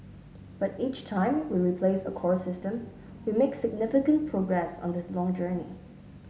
but each time we replace a core system we make significant progress on this long journey